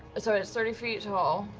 sort of it's thirty feet tall.